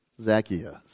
Zacchaeus